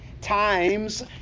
Times